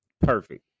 perfect